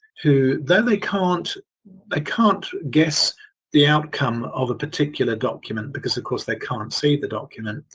who though they can't they can't guess the outcome of a particular document, because of course they can't see the document.